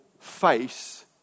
face